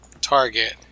target